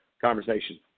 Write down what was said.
conversation